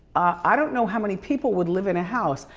i don't know how many people would live in a house.